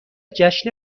جشن